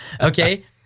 okay